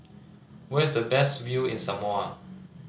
where is the best view in Samoa